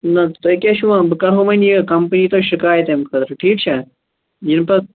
نہَ تُہۍ کیٛاہ چھُو ونان بہٕ کرہَو وُنۍ یہِ کمٔپنی پیٚٹھ شِکایَت اَمہِ خٲطرٕ ٹھیٖک چھا یِنہٕ پتہٕ